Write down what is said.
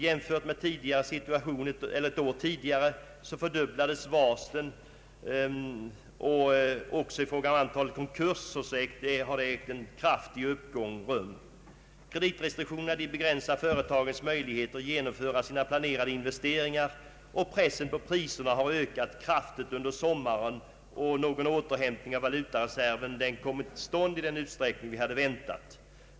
Jämfört med situationen ett år tidigare fördubblades varslen, och även i fråga om antalet konkurser har en kraftig uppgång ägt rum. Kreditrestriktionerna begränsar företagens möjligheter att genomföra sina planerade investeringar och pressen på priserna har ökat kraftigt under sommaren. Någon återhämtning av valutareserven har inte kommit till stånd i den utsträckning man hade väntat.